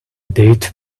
date